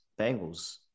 Bengals